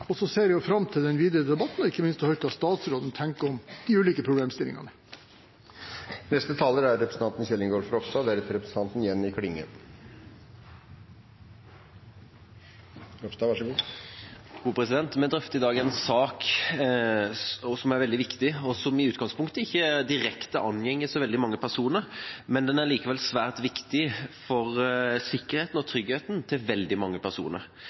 ser fram til den videre debatten – og ikke minst til å høre hva statsråden tenker om de ulike problemstillingene. Vi drøfter i dag en sak som er veldig viktig, som i utgangspunktet ikke direkte angår så mange personer, men som likevel er svært viktig for sikkerheten og tryggheten til veldig mange personer.